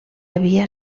havia